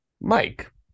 Mike